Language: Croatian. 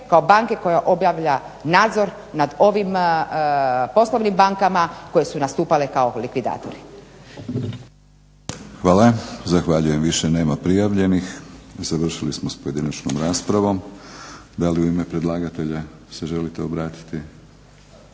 kao banke koja obavlja nadzor nad ovim poslovnim bankama koje su nastupale kao likvidatori. **Batinić, Milorad (HNS)** Hvala. Zahvaljujem više nema prijavljenih. Završili smo s pojedinačnom raspravom. Da li u ime predlagatelja se želite obratiti?